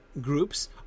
groups